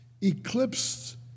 eclipsed